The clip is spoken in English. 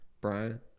Brian